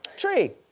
tree.